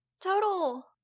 Total